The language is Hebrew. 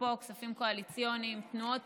אפרופו כספים קואליציוניים: תנועות